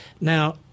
Now